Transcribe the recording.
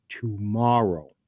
tomorrow